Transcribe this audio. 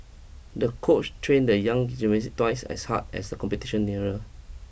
the coach trained the young gymnast twice as hard as the competition nearer